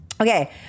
Okay